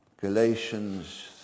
Galatians